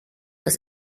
das